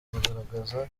kugaragaza